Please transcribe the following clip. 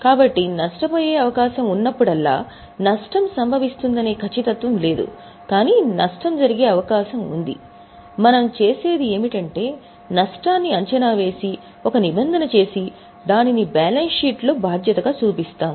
కాబట్టి నష్టపోయే అవకాశం ఉన్నప్పుడల్లా నష్టం సంభవిస్తుందనే ఖచ్చితత్వం లేదు కానీ నష్టం జరిగే అవకాశం ఉంది మనం చేసేది ఏమిటంటే నష్టాన్ని అంచనా వేసి ఒక నిబంధన చేసి దానిని బ్యాలెన్స్ షీట్ లో బాధ్యతగా చూపిస్తాము